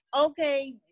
okay